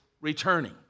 returning